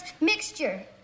mixture